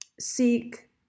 seek